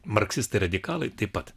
marksistai radikalai taip pat